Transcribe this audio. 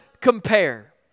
compare